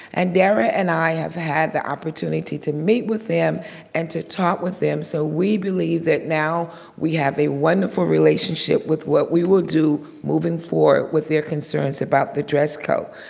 and dara and i have had the opportunity to meet with them and to talk with them so we believe that now we have a wonderful relationship with what we will do moving forward with their concerns about the dress code.